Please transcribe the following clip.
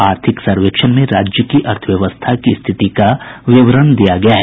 आर्थिक सर्वेक्षण में राज्य की अर्थव्यवस्था की स्थिति का विवरण दिया गया है